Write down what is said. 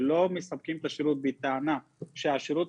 שלא מספקים את השירות בטענה שהשירות,